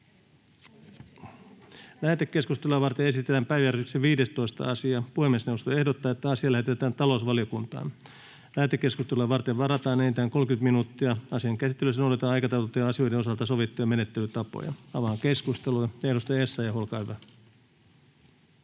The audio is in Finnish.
Lähetekeskustelua varten esitellään päiväjärjestyksen 15. asia. Puhemiesneuvosto ehdottaa, että asia lähetetään talousvaliokuntaan. Lähetekeskusteluun varataan enintään 30 minuuttia. Asian käsittelyssä noudatetaan aikataulutettujen asioiden osalta sovittuja menettelytapoja. — Avaan keskustelun. Edustaja Essayah, olkaa hyvä.